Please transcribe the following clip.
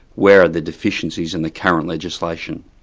where are the deficiencies in the current legislation?